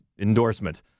endorsement